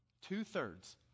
Two-thirds